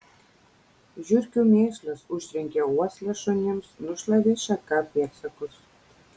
žiurkių mėšlas užtrenkė uoslę šunims nušlavė šaka pėdsakus